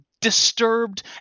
disturbed